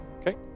Okay